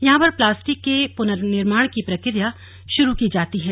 यहां पर प्लास्टिक के पुनर्निर्माण की प्रक्रिया शुरु की जाती है